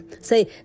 Say